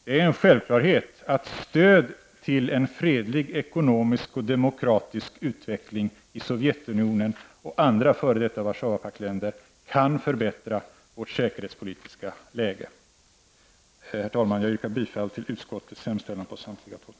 Det är en självklarhet att stöd till en fredlig ekonomisk och demokratisk utveckling i Sovjetunionen och andra f.d. Warszawapaktsländer kan förbättra vårt säkerhetspolitiska läge. Herr talman! Jag yrkar bifall till utskottets hemställan på samtliga punkter.